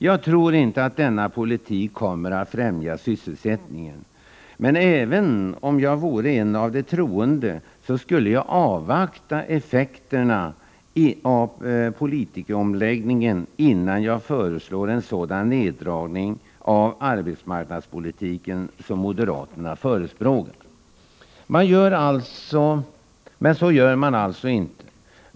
Jag tror inte att denna politik kommer att främja sysselsättningen, men även om jag vore en av de troende, skulle jag avvakta effekterna av politikomläggningen innan jag föreslår en sådan neddragning av arbetsmarknadspolitiken som moderaterna förespråkar. Men så gör man alltså inte.